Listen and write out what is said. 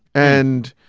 and